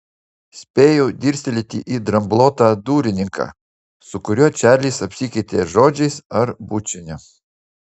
spėjau dirstelėti į dramblotą durininką su kuriuo čarlis apsikeitė žodžiais ar bučiniu